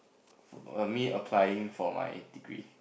err me applying for my degree